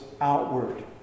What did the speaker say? outward